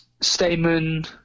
Stamen